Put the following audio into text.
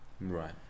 right